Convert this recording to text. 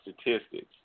statistics